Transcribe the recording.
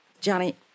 Johnny